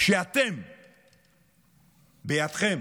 שאתם, בידכם,